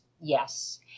Yes